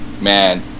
man